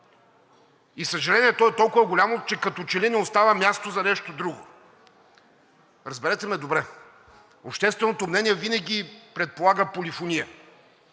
за съжаление, то е толкова голямо, че като че ли не остава място за нещо друго. Разберете ме добре – общественото мнение винаги предполага полифония.